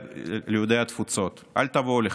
ליהודי התפוצות, אל תבואו לכאן.